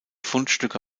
fundstücke